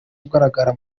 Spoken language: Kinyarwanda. agaragara